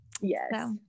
Yes